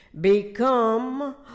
become